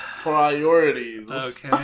Priorities